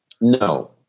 no